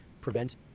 prevent